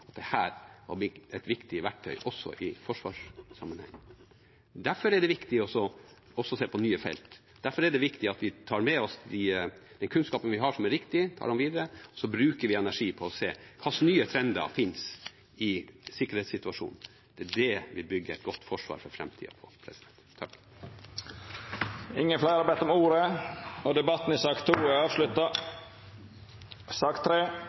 at dette kan blir et viktig verktøy også i forsvarssammenheng. Derfor er det viktig å også se på nye felt, og derfor er det viktig at vi tar med oss den kunnskapen vi har som er riktig, og tar den videre, og så bruker vi energi på å se hvilke nye trender som finnes i sikkerhetssituasjonen. Det er det vi bygger et godt forsvar for framtiden på. Fleire har ikkje bedt om ordet til sak nr. 2. Etter ynske frå helse- og